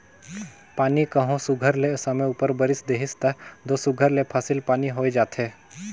पानी कहों सुग्घर ले समे उपर बरेस देहिस तब दो सुघर ले फसिल पानी होए जाथे